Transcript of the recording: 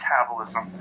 metabolism